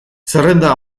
zerrenda